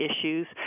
issues